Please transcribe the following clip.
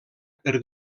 per